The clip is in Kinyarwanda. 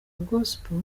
gospel